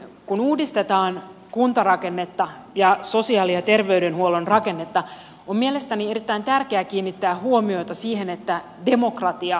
kun uudistetaan kuntarakennetta ja sosiaali ja terveydenhuollon rakennetta on mielestäni erittäin tärkeää kiinnittää huomiota siihen että demokratia vahvistuu